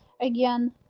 again